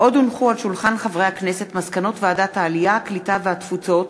פנינה תמנו-שטה ודב חנין, הצעת חוק הרשויות